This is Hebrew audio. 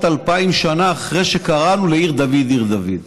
2,000 שנה אחרי שקראנו לעיר דוד "עיר דוד".